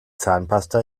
zahnpasta